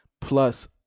plus